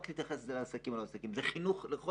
להתייחס למעונות הפרטיים כגופי חינוך לכל דבר,